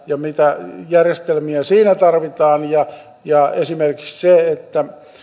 ja mitä järjestelmiä siinä tarvitaan ja ja esimerkiksi se